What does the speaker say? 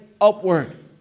upward